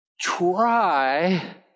try